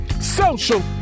social